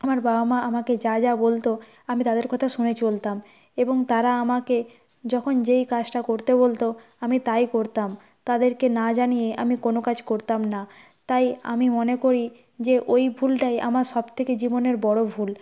আমার বাবা মা আমাকে যা যা বলত আমি তাদের কথা শুনে চলতাম এবং তারা আমাকে যখন যেই কাজটা করতে বলত আমি তাই করতাম তাদেরকে না জানিয়ে আমি কোনও কাজ করতাম না তাই আমি মনে করি যে ওই ভুলটাই আমার সবথেকে জীবনের বড় ভুল